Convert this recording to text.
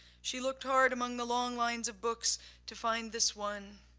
she looked hard among the long lines of books to find this one.